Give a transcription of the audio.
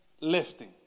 lifting